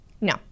No